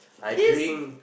I drink